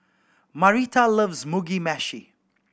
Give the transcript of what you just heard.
Marita loves Mugi Meshi